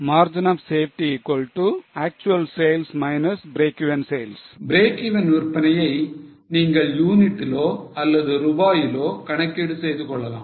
Margin of safety actual sales breakeven sales Breakeven விற்பனையை நீங்கள் யூனிட்டிலோ அல்லது ரூபாயிலோ கணக்கீடு செய்து கொள்ளலாம்